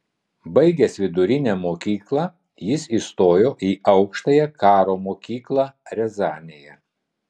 baigęs vidurinę mokyklą jis įstojo į aukštąją karo mokyklą riazanėje